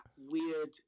weird